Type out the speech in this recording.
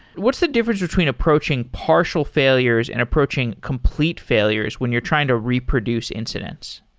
what's the difference between approaching partial failures and approaching complete failures when you're trying to reproduce incidents?